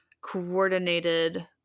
coordinated